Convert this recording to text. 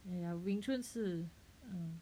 !aiya! wing chun 是